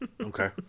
okay